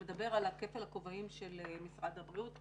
שמדבר על כפל הכובעים של משרד הבריאות,